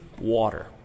water